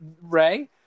Ray